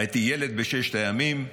הייתי ילד בששת הימים,